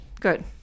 Good